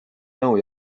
nõu